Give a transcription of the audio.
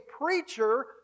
preacher